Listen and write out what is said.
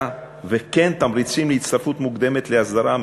וכן תמריצים להצטרפות מוקדמת להסדרה,